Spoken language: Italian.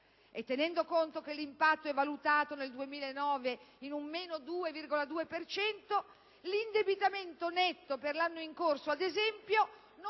e, tenendo conto che l'impatto è valutato nel 2009 in un meno 2,2 per cento, l'indebitamento netto per l'anno in corso, ad esempio, non